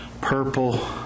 purple